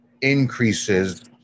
increases